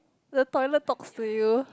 the toilet talks to you